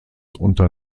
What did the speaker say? unter